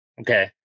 Okay